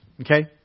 Okay